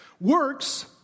Works